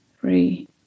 three